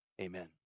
amen